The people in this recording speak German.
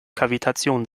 kavitation